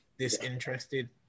Disinterested